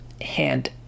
hand